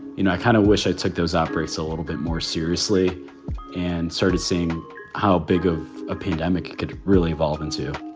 you know, i kind of wish i took those operates a little bit more seriously and started seeing how big of a pandemic could really evolve into